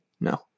No